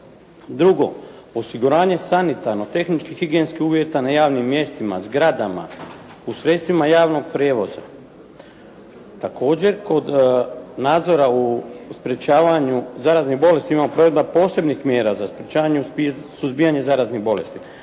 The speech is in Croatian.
Drugo, osiguranje sanitarno, tehnički higijenskih uvjeta na javnim mjestima, zgradama u sredstvima javnog prijevoza. Također kod nadzora u sprečavanju zaraznih bolesti imamo posebnih mjera za sprečavanje i suzbijanje zaraznih bolesti,